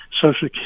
Social